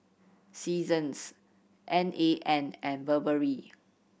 Seasons N A N and Burberry